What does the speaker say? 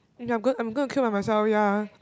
I'm going I'm going to queue by myself ya